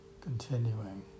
continuing